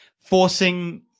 forcing